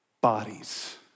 bodies